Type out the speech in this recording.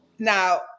Now